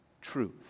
truth